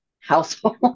Household